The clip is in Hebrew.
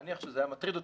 נניח שזה היה מטריד אותי.